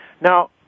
Now